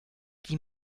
die